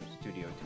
studio